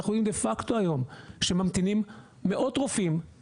אנחנו יודעים דה פקטו היום שממתינים מאות רופאים